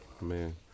Man